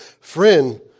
Friend